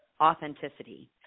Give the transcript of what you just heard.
authenticity